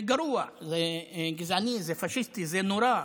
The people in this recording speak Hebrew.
זה גרוע, זה גזעני, זה פשיסטי, זה נורא.